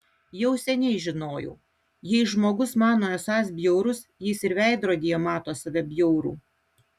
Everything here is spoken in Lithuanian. jau seniai žinojau jei žmogus mano esąs bjaurus jis ir veidrodyje mato save bjaurų